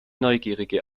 neugierige